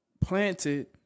planted